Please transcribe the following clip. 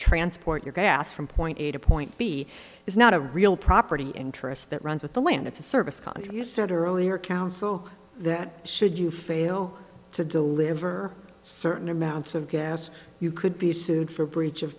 transport your gas from point a to point b is not a real property interest that runs with the land it's a service contribution said earlier council that should you fail to deliver certain amounts of gas you could be sued for breach of